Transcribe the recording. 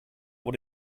what